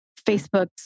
Facebook